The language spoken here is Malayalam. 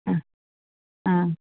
ആ ആ